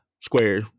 square